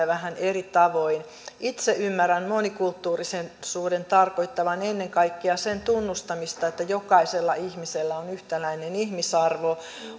vähän eri tavoin itse ymmärrän monikulttuurisuuden tarkoittavan ennen kaikkea sen tunnustamista että jokaisella ihmisellä on yhtäläinen ihmisarvo